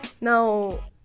now